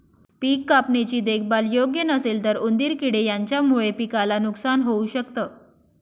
पिक कापणी ची देखभाल योग्य नसेल तर उंदीर किडे यांच्यामुळे पिकाला नुकसान होऊ शकत